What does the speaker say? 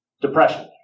depression